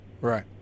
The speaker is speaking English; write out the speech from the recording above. right